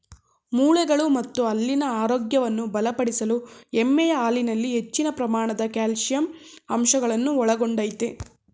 ಮೂಳೆಗಳು ಮತ್ತು ಹಲ್ಲಿನ ಆರೋಗ್ಯವನ್ನು ಬಲಪಡಿಸಲು ಎಮ್ಮೆಯ ಹಾಲಿನಲ್ಲಿ ಹೆಚ್ಚಿನ ಪ್ರಮಾಣದ ಕ್ಯಾಲ್ಸಿಯಂ ಅಂಶಗಳನ್ನು ಒಳಗೊಂಡಯ್ತೆ